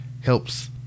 helps